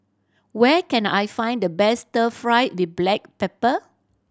where can I find the best stir fried with black pepper